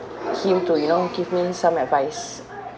him to you know give me some advice